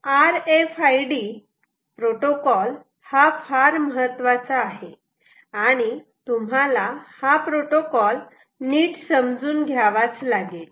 R F I D protocol हा फार महत्वाचा आहे आणि तुम्हाला हा प्रोटोकॉल नीट समजून घ्यावाच लागेल